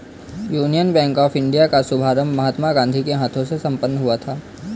union bank of India का शुभारंभ महात्मा गांधी के हाथों से संपन्न हुआ था